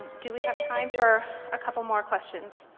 do we have time for a couple more questions?